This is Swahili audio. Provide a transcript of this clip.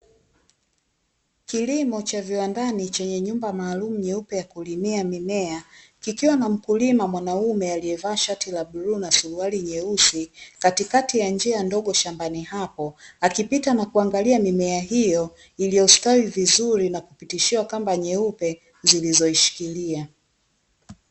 Kilimo cha viwandani chenye nyumba maalumu nyeupe ya kulimia mimea, kikiwa na mkulima mwanaume aliyevaa shati la bluu na suruali nyeusi, Katikati ya njia ndogo shambani hapo, akipita na kuangalia mimea hiyo iliyostawi vizuri na kupitishiwa kamba nyeupe zilizoishikilia.